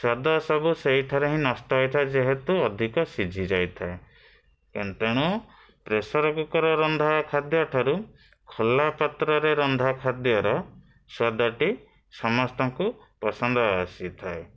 ସ୍ଵାଦ ସବୁ ସେଇଠାରେ ହିଁ ନଷ୍ଟ ହୋଇଥାଏ ଯେହେତୁ ଅଧିକ ସିଝି ଯାଇଥାଏ ଏ ତେଣୁ ପ୍ରେସର୍ କୁକର୍ ରନ୍ଧା ଖାଦ୍ୟଠାରୁ ଖୋଲା ପାତ୍ରରେ ରନ୍ଧା ଖାଦ୍ୟର ସ୍ଵାଦଟି ସମସ୍ତଙ୍କୁ ପସନ୍ଦ ଆସିଥାଏ